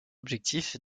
objectif